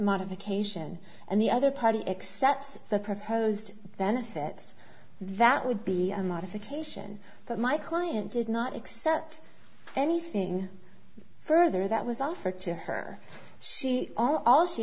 modification and the other party except the proposed benefit that would be a modification but my client did not accept anything further that was offered to her she all she